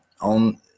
on